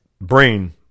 brain